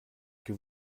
que